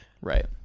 right